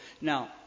Now